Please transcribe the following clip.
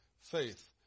faith